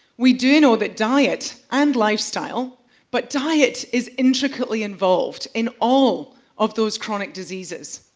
we do know that diet, and lifestyle but diet is intricately involved in all of those chronic diseases.